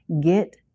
get